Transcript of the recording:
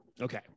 Okay